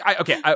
okay